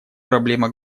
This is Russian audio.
проблема